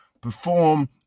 perform